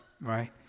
right